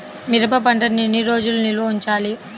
మిరప పంటను ఎన్ని రోజులు నిల్వ ఉంచాలి?